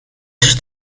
sus